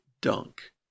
dunk